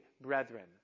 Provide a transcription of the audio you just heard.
brethren